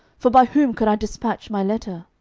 for by whom could i dispatch my letter?